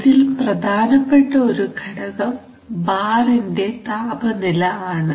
ഇതിൽ പ്രധാനപ്പെട്ട ഒരു ഘടകം ബാറിന്റെ താപനില ആണ്